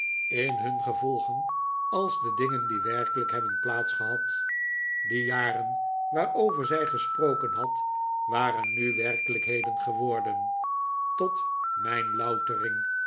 in hun gevolgen als de dingen die werkelijk hebben plaats gehad die jaren waarover zij gesproken had waren nu werkelijkheden geworden tot mijn louterm